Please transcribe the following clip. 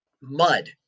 mud